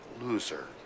loser